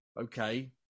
okay